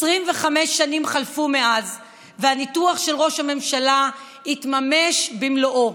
25 שנים חלפו מאז והניתוח של ראש הממשלה התממש במלואו.